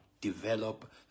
Develop